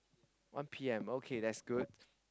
one P_M okay that's good